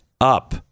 up